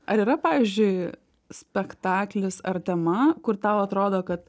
ar yra pavyzdžiui spektaklis ar tema kur tau atrodo kad